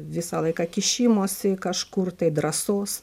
visą laiką kišimosi kažkur tai drąsos